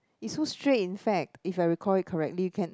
it's so straight in fact if I recall it correctly you can